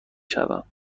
شوم